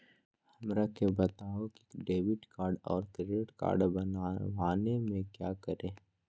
हमरा के बताओ की डेबिट कार्ड और क्रेडिट कार्ड बनवाने में क्या करें?